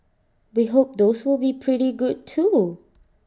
we hope those will be pretty good too